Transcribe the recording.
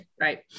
right